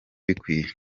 bikwiye